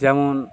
যেমন